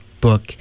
book